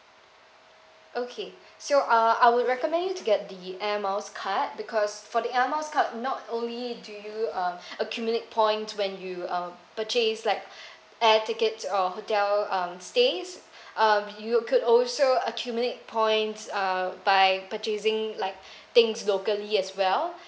okay so uh I would recommend you to get the air miles card because for the air miles card not only do you uh accumulate points when you um purchase like air tickets or hotel mm stays uh you could also accumulate points uh by purchasing like things locally as well